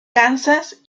kansas